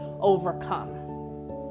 overcome